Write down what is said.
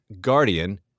Guardian